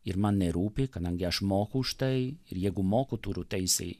ir man nerūpi kadangi aš moku už tai ir jeigu moku turiu teisę